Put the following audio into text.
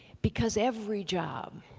because every job,